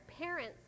parents